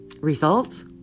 results